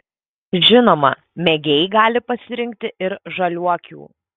žinoma mėgėjai gali pasirinkti ir žaliuokių